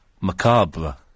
Macabre